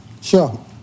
Sure